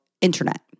internet